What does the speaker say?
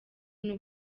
n’u